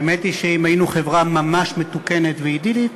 האמת היא שאם היינו חברה ממש מתוקנת ו"ידידית",